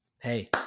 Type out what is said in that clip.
Hey